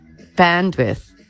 bandwidth